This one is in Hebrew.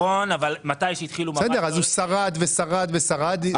אז הוא שרד ושרד ושרד.